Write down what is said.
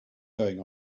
going